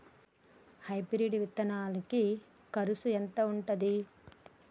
Hybrid విత్తనాలకి కరుసు ఎంత ఉంటది?